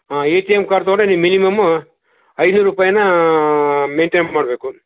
ಹಾಂ A T M card ತಗೊಂಡ್ರೆ ನೀವು ಮಿನಿಮಮ್ ಐನೂರು ರೂಪಾಯನ್ನ ಮೇಯ್ನ್ಟೇನ್ ಮಾಡಬೇಕು